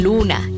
Luna